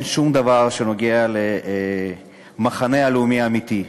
אין שום דבר שנוגע למחנה הלאומי האמיתי.